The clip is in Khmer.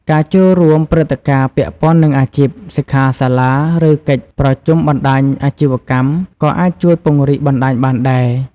ការចូលរួមព្រឹត្តិការណ៍ពាក់ព័ន្ធនឹងអាជីព សិក្ខាសាលា ឬកិច្ចប្រជុំបណ្ដាញអាជីវកម្ម ក៏អាចជួយពង្រីកបណ្ដាញបានដែរ។